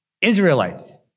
Israelites